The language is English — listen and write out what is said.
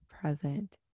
present